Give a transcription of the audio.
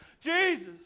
Jesus